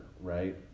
right